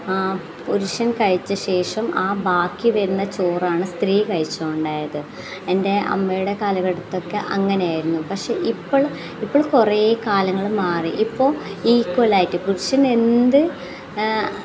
പുരുഷൻ കഴിച്ച ശേഷം ആ ബാക്കി വരുന്ന ചോറാണ് സ്ത്രീ കഴിച്ചോണ്ടായത് എൻ്റെ അമ്മേടെ കാലഘട്ടത്തിക്കെ അങ്ങനെ ആയിരുന്നു പക്ഷേ ഇപ്പോൾ ഇപ്പോൾ കുറെ കാലങ്ങൾ മാറി ഇപ്പോൾ ഈക്വലായിട്ട് പുരുഷൻ എന്ത്